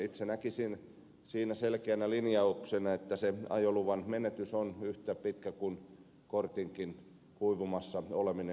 itse näkisin siinä selkeänä linjauksena että ajoluvan menetys on yhtä pitkä kuin kortinkin kuivumassa oleminen